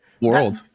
world